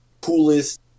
coolest